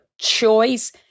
choice